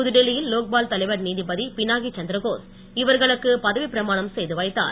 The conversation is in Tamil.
புதுடெல்லியில் லோக்பால் தலைவர் நீதிபதி பினாகி சந்திரகோஸ் இவர்களுக்கு பதவிப்பிரமாணம் செய்து வைத்தார்